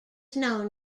known